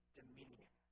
dominion